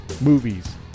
movies